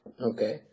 Okay